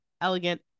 Elegant